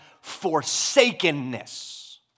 forsakenness